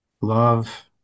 love